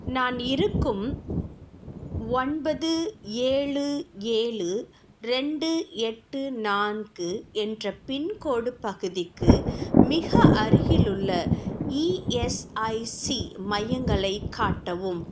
நான் இருக்கும் ஒன்பது ஏழு ஏழு ரெண்டு எட்டு நான்கு என்ற பின்கோட் பகுதிக்கு மிக அருகிலுள்ள இஎஸ்ஐசி மையங்களைக் காட்டவும்